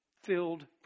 Filled